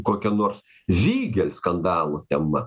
kokia nors ziegel skandalų ten va